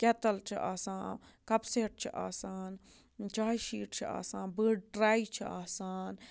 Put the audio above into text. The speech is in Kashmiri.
کیٚٹَل چھِ آسان کَپ سیٚٹ چھِ آسان چایہِ شیٖٹ چھِ آسان بٔڑ ٹرٛاے چھِ آسان